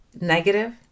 negative